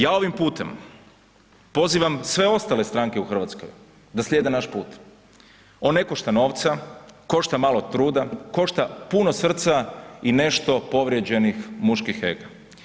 Ja ovim putem pozivam sve ostale stranke u RH da slijede naš put, on ne košta novca, košta malo truda, košta puno srca i nešto povrijeđenih muških ega.